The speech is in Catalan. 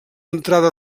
entrada